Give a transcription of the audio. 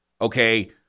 Okay